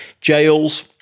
jails